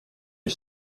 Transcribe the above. you